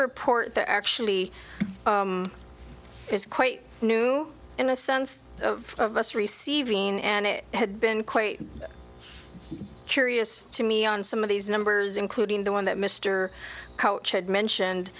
report there actually is quite new in a sense of us receiving and it had been quite curious to me on some of these numbers including the one that mr coach had mentioned